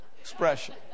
expression